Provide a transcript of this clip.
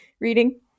reading